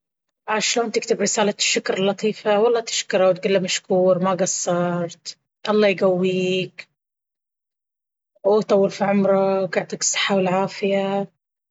عاد شلون تكتب رسالة الشكر اللطيفة؟ والله تشكره وتقوله مشكور وما قصرت الله يقويك ويطول في عمرك ويعطيك الصحة والعافية.